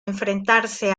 enfrentarse